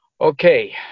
okay